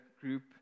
group